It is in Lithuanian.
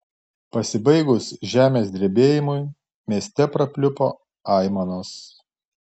pasibaigus žemės drebėjimui mieste prapliupo aimanos